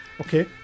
okay